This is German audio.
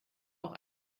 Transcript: auch